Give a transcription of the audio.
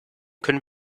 können